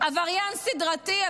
עבריין סדרתי,